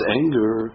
anger